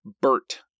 bert